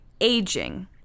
aging